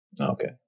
Okay